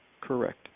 Correct